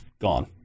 gone